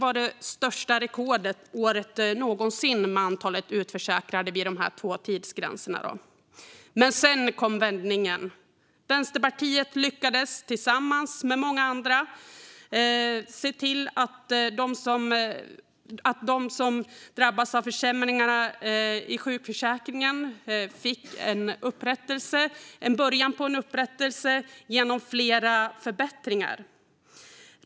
Aldrig har så många blivit utförsäkrade vid dessa två tidsgränser. Sedan kom vändningen. Vänsterpartiet lyckades tillsammans med många andra ge dem som drabbats av försämringarna i sjukförsäkringen en första upprättelse genom flera förbättringar.